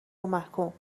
ومحکوم